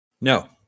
No